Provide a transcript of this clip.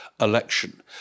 election